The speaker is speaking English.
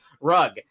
rug